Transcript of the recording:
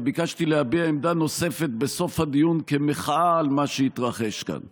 ביקשתי להביע עמדה נוספת בסוף הדיון כמחאה על מה שיתרחש כאן.